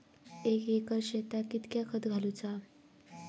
एक एकर शेताक कीतक्या खत घालूचा?